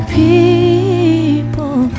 people